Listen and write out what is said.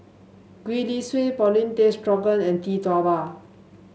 Gwee Li Sui Paulin Tay Straughan and Tee Tua Ba